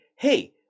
hey